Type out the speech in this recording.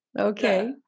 Okay